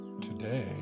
today